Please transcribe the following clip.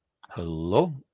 Hello